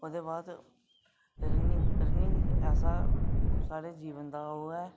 ओह्दे बाद running running ऐसा साढ़े जीवन दा ओह् ऐ